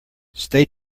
stay